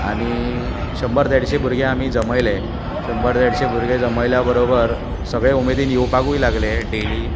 आनी शंबर देडशें भुरगें आमी जमयले शंबर देडशें भुरगें जमयल्या बरोबर सगळे उमेदीन येवपाकूय लागले डैली